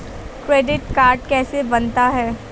Credit card कैसे बनता है?